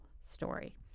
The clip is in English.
story